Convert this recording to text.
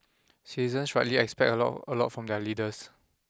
citizens rightly expect a lot a lot from their leaders